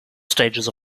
stages